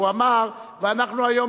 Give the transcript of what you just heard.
הוא אמר: אנחנו היום